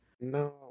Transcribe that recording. No